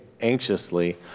anxiously